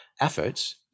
efforts